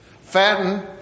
Fatten